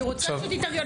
אני רוצה שתתארגנו,